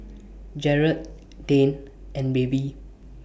Jerad Dane and Baby